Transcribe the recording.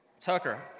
Tucker